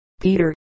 Peter